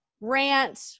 rant